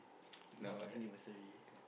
not anniversary